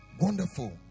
wonderful